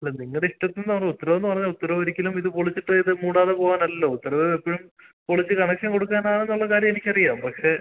അല്ല നിങ്ങളുടെ ഇഷ്ടത്തിനാണോ ഉത്തരവ് എന്ന് പറഞ്ഞാൽ ഉത്തരവ് ഒരിക്കലും ഇത് പൊളിച്ചിട്ട് ഇത് മൂടാതെ പോകാനല്ലാലോ ഉത്തരവ് എപ്പഴും പൊളിച്ചു കണക്ഷൻ കൊടുക്കാനാണെന്ന് ഉള്ള കാര്യം എനിക്കറിയാം പക്ഷെ